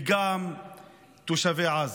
וגם תושבי עזה.